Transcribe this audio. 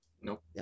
Nope